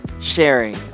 sharing